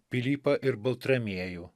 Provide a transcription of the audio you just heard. pilypą ir baltramiejų